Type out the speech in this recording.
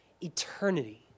eternity